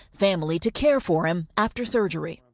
family to care for him after surgery.